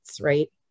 right